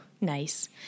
Nice